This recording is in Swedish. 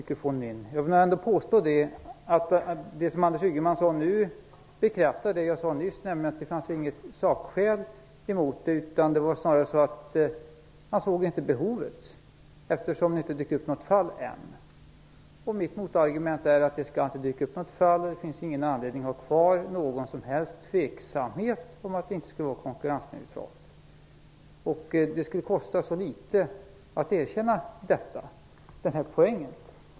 Fru talman! Jag vill påstå att det som Anders Ygeman nyss sade bekräftar det som jag tidigare sade, nämligen att det inte finns något sakskäl mot en utvidgning. Snarare är det så att man inte ser något behov av en sådan därför att det ännu inte dykt upp något fall. Mitt motargument är att det inte skall dyka upp något sådant fall och att det inte finns anledning att ha kvar någon som helst tveksamhet om att det inte skulle vara konkurrensneutralt. Det skulle också kosta mycket litet att erkänna denna poäng.